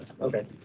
okay